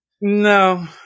No